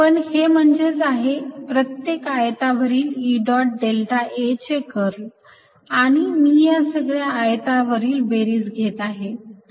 पण हे म्हणजेच आहे प्रत्येक आयतावरील E डॉट डेल्टा A चे कर्ल आणि मी या सगळ्या आयतावरील बेरीज घेत आहे